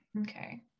Okay